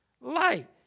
light